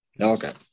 Okay